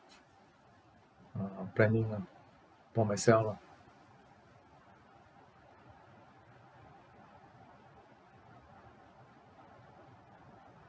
uh planning ah per myself lah